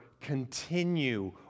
continue